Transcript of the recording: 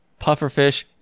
pufferfish